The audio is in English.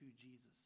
Jesus